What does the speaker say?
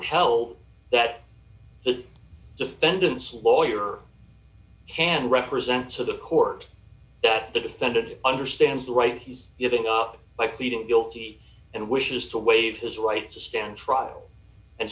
held that the defendant's lawyer can represent to the court that the defendant understands the right he's giving up by pleading guilty and wishes to waive his right to stand trial and